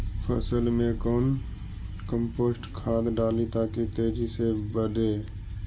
फसल मे कौन कम्पोस्ट खाद डाली ताकि तेजी से बदे?